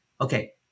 Okay